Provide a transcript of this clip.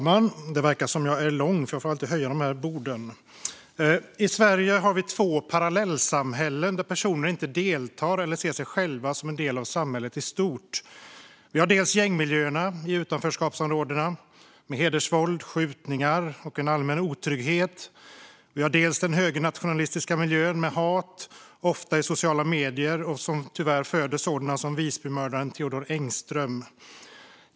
Fru talman! I Sverige har vi två parallellsamhällen där personer inte deltar i eller ser sig själva som en del av samhället i stort. Vi har dels gängmiljöerna i utanförskapsområdena med hedersvåld, skjutningar och allmän otrygghet, dels den högernationalistiska miljön med hat, ofta i sociala medier, som tyvärr föder sådana som Visbymördaren Theodor Engström.